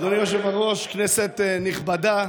אדוני היושב-ראש, כנסת נכבדה,